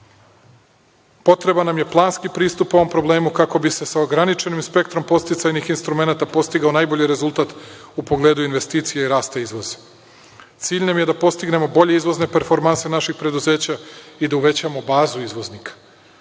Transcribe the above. potreban nam je planski pristup ovom problemu kako bi se sa ograničenim spektrom podsticajnih instrumenata postigao najbolji rezultat u pogledu investicija i rasta izvoza. Cilj nam je da postignemo bolje izvozne performanse naših preduzeća i da uvećamo bazu izvoznika.I